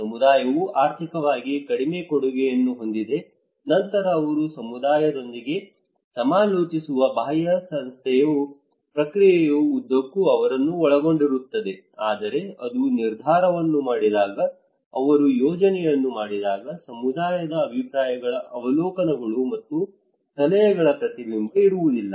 ಸಮುದಾಯವು ಆರ್ಥಿಕವಾಗಿ ಕಡಿಮೆ ಕೊಡುಗೆಯನ್ನು ಹೊಂದಿದೆ ನಂತರ ಅವರು ಸಮುದಾಯದೊಂದಿಗೆ ಸಮಾಲೋಚಿಸುವ ಬಾಹ್ಯ ಸಂಸ್ಥೆಯು ಪ್ರಕ್ರಿಯೆಯ ಉದ್ದಕ್ಕೂ ಅವರನ್ನು ಒಳಗೊಂಡಿರುತ್ತದೆ ಆದರೆ ಅವರು ನಿರ್ಧಾರವನ್ನು ಮಾಡಿದಾಗ ಅವರು ಯೋಜನೆಯನ್ನು ಮಾಡಿದಾಗ ಸಮುದಾಯದ ಅಭಿಪ್ರಾಯಗಳ ಅವಲೋಕನಗಳು ಮತ್ತು ಸಲಹೆಗಳ ಪ್ರತಿಬಿಂಬ ಇರುವುದಿಲ್ಲ